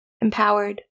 empowered